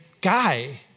guy